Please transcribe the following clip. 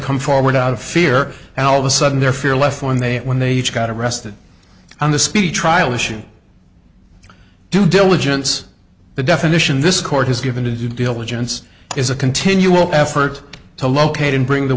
come forward out of fear and all of a sudden their fear left when they when they each got arrested on the speed trial issue due diligence the definition this court has given to deal with gents is a continual effort to locate and bring the